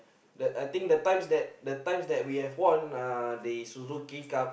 I think the times that the times that we have won uh the Suzuki-Cup